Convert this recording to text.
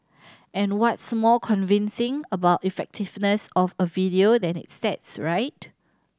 and what's more convincing about effectiveness of a video than its stats right